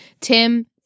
Tim